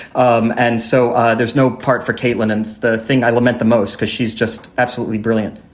um and so there's no part for caitlyn. and the thing i lament the most because she's just absolutely brilliant